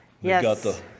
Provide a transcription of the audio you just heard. Yes